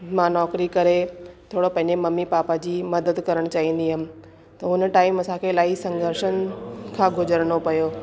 मां नौकिरी करे थोरो पंहिंजे मम्मी पापा जी मदद करण चाहिंदी हुयमि त हुन टाइम असांखे इलाही संघर्षनि खां गुजरिनो पियो